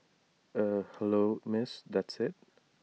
eh hello miss that's IT